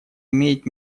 имеет